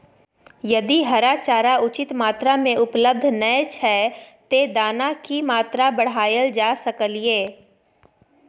यदि हरा चारा उचित मात्रा में उपलब्ध नय छै ते दाना की मात्रा बढायल जा सकलिए?